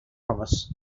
promise